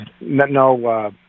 No